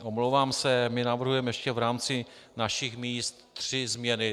Omlouvám se, my navrhujeme ještě v rámci našich míst tři změny.